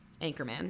Anchorman